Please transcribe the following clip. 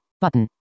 Button